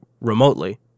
remotely